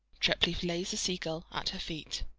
treplieff lays the sea-gull at her feet.